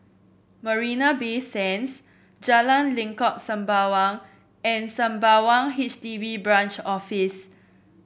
Marina Bay Sands Jalan Lengkok Sembawang and Sembawang H D B Branch Office